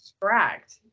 correct